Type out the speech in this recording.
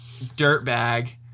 dirtbag